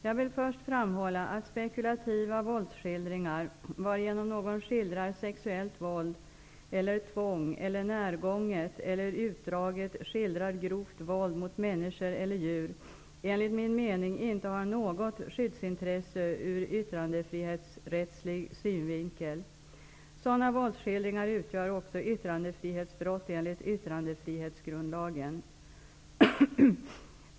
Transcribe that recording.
Jag vill först framhålla att spekulativa våldsskildringar, varigenom någon skildrar sexuellt våld eller tvång, eller närgånget eller utdraget skildrar grovt våld mot människor eller djur, enligt min mening inte har något skyddsintresse ur yttrandefrihetsrättslig synvinkel. Sådana våldsskildringar utgör också yttrandefrihetsbrott enligt yttrandefrihetsgrundlagen.